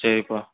சரிப்பா